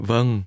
Vâng